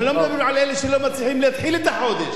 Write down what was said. אנחנו לא מדברים על אלה שלא מצליחים להתחיל את החודש.